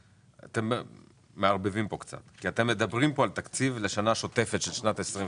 אתה מערבבים פה קצת כי אתם מדברים פה על תקציב לשנה שוטפת של שנת 22